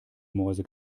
mäuse